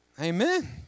Amen